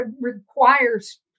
requires